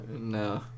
no